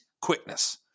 quickness